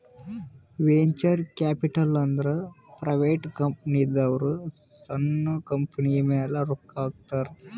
venture capital ಅಂದುರ್ private ಕಂಪನಿದವ್ರು ಸಣ್ಣು ಕಂಪನಿಯ ಮ್ಯಾಲ ರೊಕ್ಕಾ ಹಾಕ್ತಾರ್